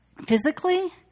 Physically